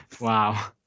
wow